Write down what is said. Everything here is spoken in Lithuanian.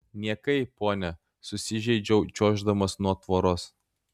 niekai ponia susižeidžiau čiuoždamas nuo tvoros